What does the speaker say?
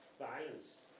violence